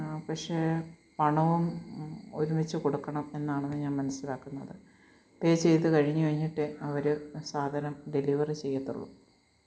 പക്ഷേ പണവും ഒരുമിച്ച് കൊടുക്കണം എന്നാണ് ഞാൻ മനസ്സിലാക്കുന്നത് പേ ചെയ്ത് കഴിഞ്ഞ് കഴിഞ്ഞിട്ടെ അവർ സാധനം ഡെലിവറി ചെയ്യത്തൊള്ളു